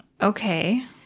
Okay